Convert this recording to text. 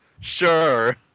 Sure